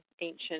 ancient